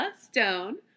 stone